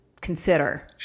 consider